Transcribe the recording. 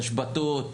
השבתות.